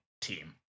team